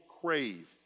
crave